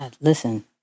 Listen